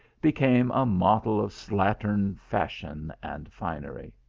became a model of slattern fashion and finery.